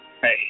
hey